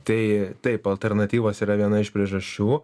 tai taip alternatyvos yra viena iš priežasčių